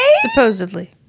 Supposedly